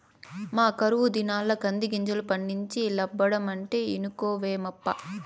ఈ కరువు దినాల్ల కందిగింజలు పండించి లాబ్బడమంటే ఇనుకోవేమప్పా